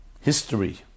history